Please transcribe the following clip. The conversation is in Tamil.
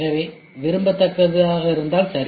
எனவே விரும்பத்தக்கது இருந்தால் சரி